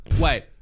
wait